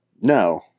No